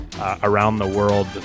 around-the-world